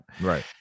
right